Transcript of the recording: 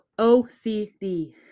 OCD